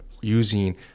using